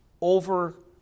over